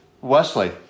Wesley